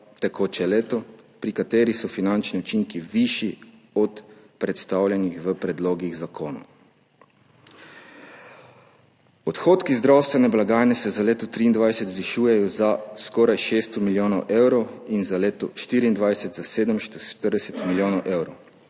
tekoče leto, pri katerih so finančni učinki višji od predstavljenih v predlogih zakonov. Odhodki zdravstvene blagajne se za leto 2023 zvišujejo za skoraj 600 milijonov evrov in za leto 2024 za 740 milijonov evrov,